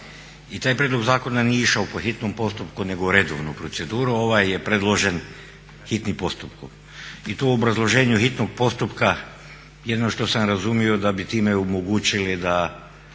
i taj prijedlog zakona nije išao po hitnom postupku, nego u redovnu proceduru, a ovaj je predložen hitnim postupkom. I to u obrazloženju hitnog postupka jedino što sam razumio da bi time omogućili da